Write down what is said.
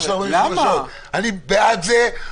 אתה נותן לעסק קטן את הזמן הזה?